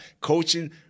coaching –